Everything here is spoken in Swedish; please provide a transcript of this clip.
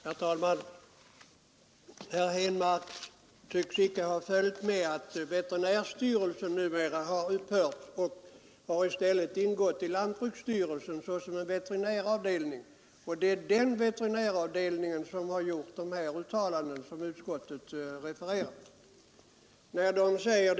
Herr talman! Herr Henmark tycks inte ha uppmärksammat att veterinärstyrelsen numera har upphört och ingått i lantbruksstyrelsen såsom en veterinäravdelning. Det är den avdelningen som har gjort de uttalanden utskottet refererar.